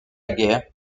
guerre